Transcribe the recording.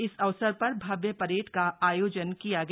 इस अवसर पर भव्य परेड का आयोजन किया गया